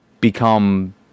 become